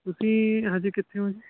ਤੁਸੀਂ ਹਜੇ ਕਿੱਥੇ ਹੋ ਜੀ